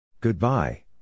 Goodbye